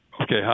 Okay